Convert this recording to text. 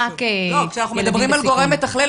כשאנחנו מדברים על גורם מתכלל,